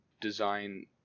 design